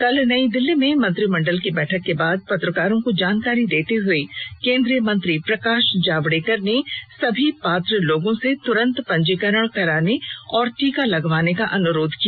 कल नई दिल्ली में मंत्रिमंडल की बैठक के बाद पत्रकारों को जानकारी देते हुए केंद्रीय मंत्री प्रकाश जावड़ेकर ने सभी पात्र लोगों से तुरंत पंजीकरण कराने और टीका लगवाने का अनुरोध किया